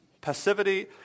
Passivity